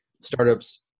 startups